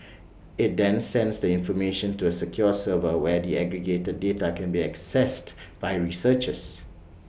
IT then sends the information to A secure server where the aggregated data can be assessed by researchers